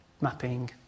mapping